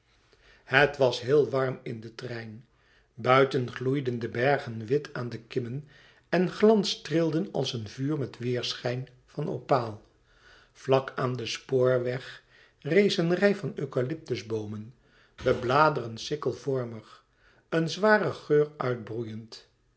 het was heel warm in den trein buiten gloeiden de bergen wit aan de kimmen en glanstrilden als een vuur met weêrschijn van opaal vlak aan den spoorweg rees een rij van eucalyptusboomen de bladeren sikkelvormig een zwaren geur